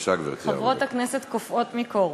חברות הכנסת קופאות מקור.